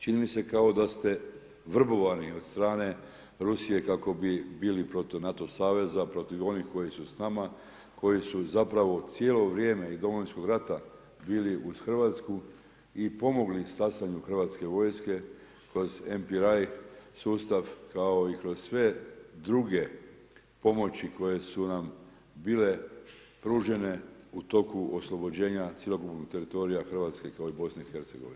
Čini mi se kao da ste vrbovani od strane Rusije kako bi bili protiv NATO saveza protiv onih koji su s nama koji su zapravo cijelo vrijeme i Domovinskog rata bili uz Hrvatsku i pomogli stasanju hrvatske vojske kroz MPR sustav kao i kroz sve druge pomoći koje su nam bile pružene u toku oslobođenja cjelokupnog teritorija Hrvatske kao i BiH.